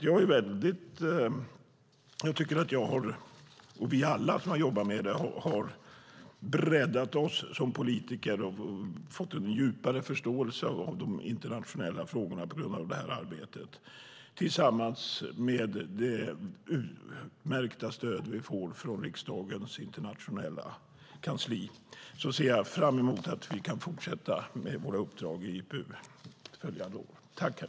Jag tycker att jag och alla vi som har jobbat med detta har breddat oss som politiker och fått en djupare förståelse för de internationella frågorna tack vare det här arbetet. Tillsammans med det utmärkta stöd som vi får från riksdagens internationella kansli ser jag fram emot att vi kan fortsätta med våra uppdrag i IPU följande år.